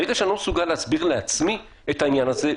ברגע שאני לא מסוגל להסביר לעצמי את העניין הזה,